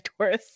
Taurus